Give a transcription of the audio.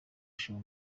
show